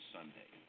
Sunday